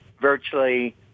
virtually